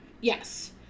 yes